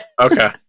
Okay